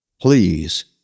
Please